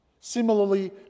Similarly